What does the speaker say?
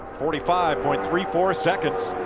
forty five point three four seconds.